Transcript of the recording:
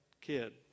kid